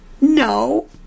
No